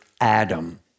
Adam